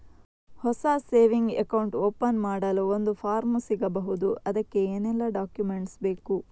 ಹೊಸ saving account open ಮಾಡಲು ಒಂದು ಫಾರ್ಮ್ ಸಿಗಬಹುದು? ಅದಕ್ಕೆ ಏನೆಲ್ಲಾ ಡಾಕ್ಯುಮೆಂಟ್ಸ್ ಬೇಕು?